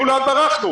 וכאילו לאן ברחנו.